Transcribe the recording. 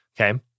Okay